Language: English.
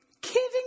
kidding